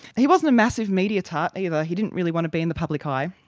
he wasn't a massive media tart either, he didn't really want to be in the public eye,